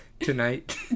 Tonight